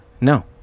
no